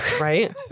Right